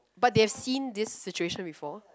but they have seen this situation before